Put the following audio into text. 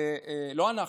לא אנחנו,